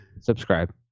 subscribe